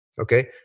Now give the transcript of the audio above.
Okay